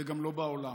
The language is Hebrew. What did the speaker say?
וגם לא בעולם.